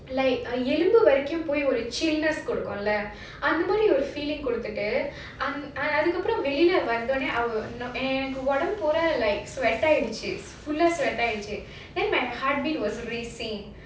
like uh எலும்பு வரைக்கும் போய் ஒரு:elumbu varaikum poi oru chance குடுக்கும்ல அந்த மாரி ஒரு:kudukumla andha maari oru feeling குடுத்துட்டு அதுக்கப்புறம் வெளியே வந்த உடனே அவ எனக்கு ஒடம்பு பூரா:kuduthutu adhukapuram veliyae vandha udanae ava enakku odambu poora like sweat ஆயிருச்சு:aayiruchu full ah sweat ஆயிருச்சு:aayirchu then my heartbeat was racing